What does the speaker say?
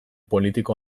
politiko